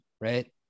right